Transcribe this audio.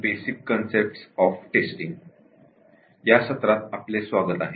basic concept of testing या व्याखानामध्ये आपले स्वागत आहे